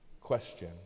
question